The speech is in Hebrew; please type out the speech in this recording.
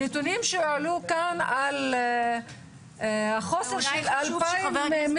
הנתונים שהועלו כאן על החוסר של 2,000 --- אולי